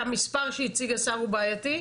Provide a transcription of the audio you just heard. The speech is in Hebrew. שהמספר שהציג השר הוא בעייתי?